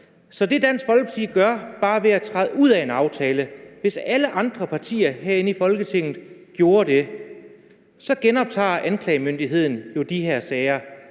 Så det, Dansk Folkeparti gør, er bare at træde ud af en aftale. Tænk, hvis alle andre partier herinde i Folketinget gjorde det. Anklagemyndigheden genoptager